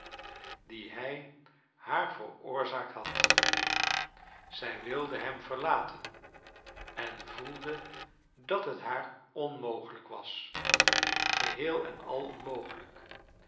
die hij haar veroorzaakt had zij wilde hem verlaten en voelde dat het haar onmogelijk was geheel en al onmogelijk